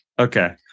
Okay